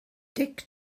dic